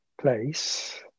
place